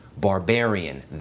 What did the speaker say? barbarian